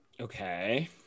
Okay